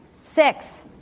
six